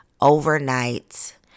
overnight